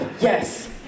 yes